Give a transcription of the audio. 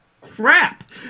crap